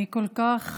אני כל כך